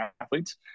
athletes